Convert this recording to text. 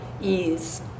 ease